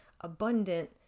abundant